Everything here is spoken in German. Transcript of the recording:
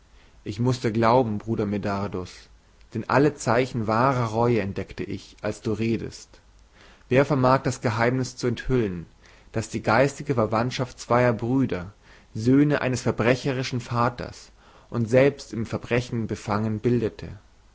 ich muß dir glauben bruder medardus denn alle zeichen wahrer reue entdeckte ich als du redetest wer vermag das geheimnis zu enthüllen das die geistige verwandtschaft zweier brüder söhne eines verbrecherischen vaters und selbst in verbrechen befangen bildete